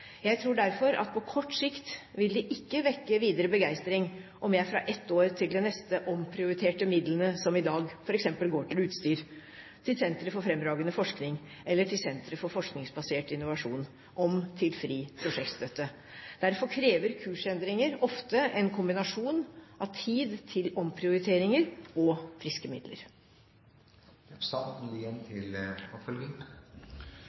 Jeg tror derfor at på kort sikt ville det ikke vekke videre begeistring om jeg fra ett år til det neste omprioriterte midlene som i dag f.eks. går til utstyr, til Sentre for fremragende forskning eller til Sentre for forskningsbasert innovasjon, til fri prosjektstøtte. Derfor krever kursendringer ofte en kombinasjon av tid til omprioriteringer og friske